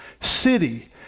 city